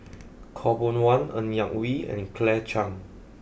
Khaw Boon Wan Ng Yak Whee and Claire Chiang